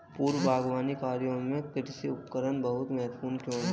पूर्व बागवानी कार्यों में कृषि उपकरण बहुत महत्वपूर्ण क्यों है?